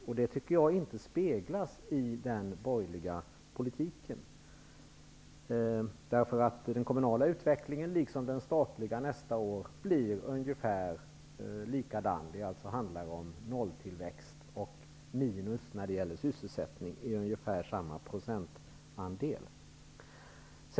Detta tycker jag inte speglas i den borgerliga politiken, därför att den kommunala liksom den statliga utvecklingen inför nästa år blir liknande årets, dvs. nolltillväxt och när det gäller sysselsättning minus med samma procentandel.